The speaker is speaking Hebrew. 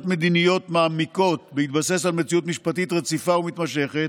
מדיניות מעמיקות בהתבסס על מציאות משפטית רציפה ומתמשכת,